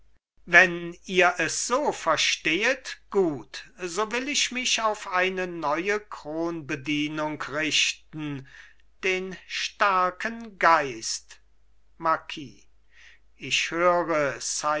wenn ihr es so verstehet gut so will ich mich auf eine neue kronbedienung richten den starken geist marquis ich höre